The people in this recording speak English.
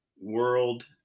world